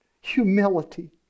humility